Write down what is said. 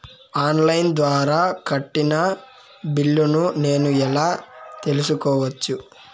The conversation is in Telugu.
ఆన్ లైను ద్వారా కట్టిన బిల్లును నేను ఎలా తెలుసుకోవచ్చు?